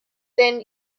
then